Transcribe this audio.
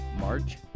March